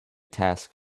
task